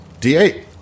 D8